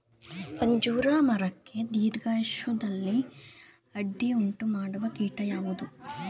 ಅಂಜೂರ ಮರಕ್ಕೆ ದೀರ್ಘಾಯುಷ್ಯದಲ್ಲಿ ಅಡ್ಡಿ ಉಂಟು ಮಾಡುವ ಕೀಟ ಯಾವುದು?